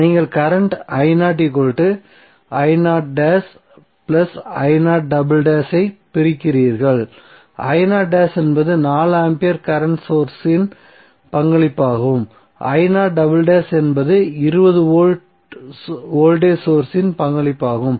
நீங்கள் கரண்ட்ம் ஐப் பிரிக்கிறீர்கள் என்பது 4 ஆம்பியர் கரண்ட் சோர்ஸ் இன் பங்களிப்பாகும் என்பது 20 வோல்ட் வோல்டேஜ் சோர்ஸ் இன் பங்களிப்பாகும்